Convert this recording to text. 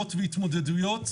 היערכויות והתמודדויות,